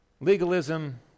Legalism